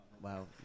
Wow